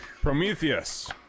Prometheus